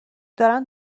دارن